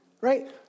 right